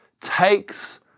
takes